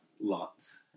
lots